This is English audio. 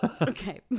Okay